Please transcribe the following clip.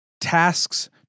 tasks